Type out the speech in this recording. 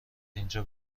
اینجا